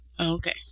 Okay